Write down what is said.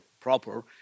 proper